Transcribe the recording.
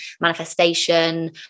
manifestation